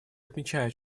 отмечает